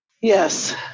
Yes